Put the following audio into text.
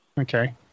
Okay